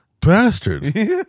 Bastard